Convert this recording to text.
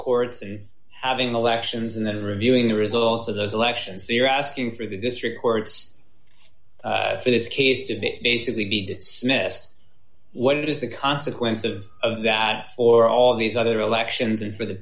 courts and having elections and then reviewing the results of those elections so you're asking for the district courts for this case to be basically be dismissed what is the consequence of that for all these other elections and for the